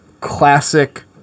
classic